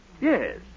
Yes